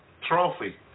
trophy